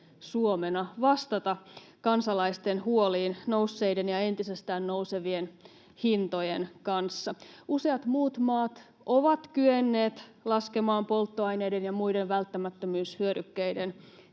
vastata kansalaisten huoliin nousseiden ja entisestään nousevien hintojen kanssa. Useat muut maat ovat kyenneet laskemaan polttoaineiden ja muiden välttämättömyyshyödykkeiden